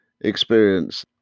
experience